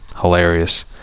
hilarious